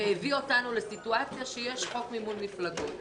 והביא אותנו לסיטואציה שיש חוק מימון מפלגות.